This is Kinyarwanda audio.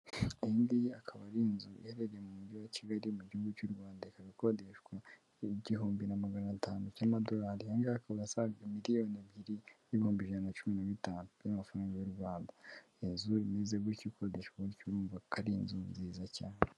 Iyi ngiyi akaba ari inzu iherereye mu mujyi wa Kigali mu gihugu cy'u Rwanda, ikaba ikodeshwa igihumbi na magana atanu cy'amadorari, aya ngaya akaba asaga miliyoni ebyiri n'ibihumbi ijana na cumi na bitanutu by'amafaranga y'u Rwanda. Iyinzu imeze gutyo ukodeshwa gutyo, urumva ko ari inzu nziza cyane.